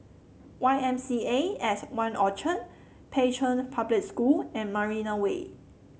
Y M C A At One Orchard Pei Chun Public School and Marina Way